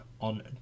on